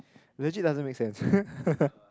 legit doesn't make sense ppo